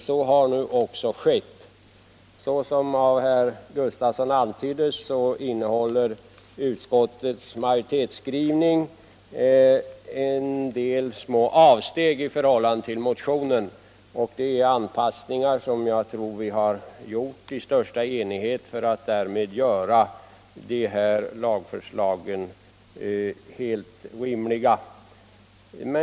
Så har nu också skett. Såsom av herr Gustafsson antyddes innehåller utskottets majoritetsskrivning en del små avvikelser i förhållande till motionen. Det är anpassningar som vi har gjort i största enighet för att därmed få de här lagförslagen helt rimliga.